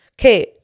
okay